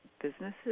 businesses